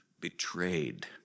betrayed